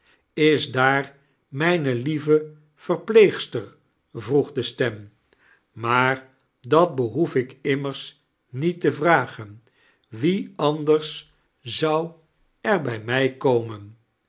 is daar mijne lieve verpleegster t vroeg de stem maar dat behoef ik immers niet te vragen wie anders zou er bij mij komen